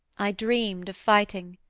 i dreamed of fighting.